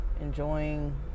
enjoying